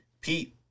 Pete